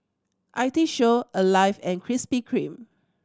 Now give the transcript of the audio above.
I T Show Alive and Krispy Kreme